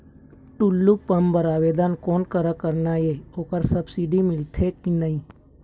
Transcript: Tullu pump बर आवेदन कोन करा करना ये ओकर सब्सिडी मिलथे की नई?